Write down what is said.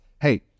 Hey